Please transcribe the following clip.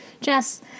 Jess